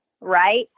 right